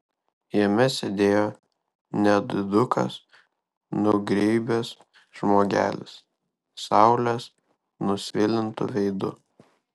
jame sėdėjo nedidukas nugeibęs žmogelis saulės nusvilintu veidu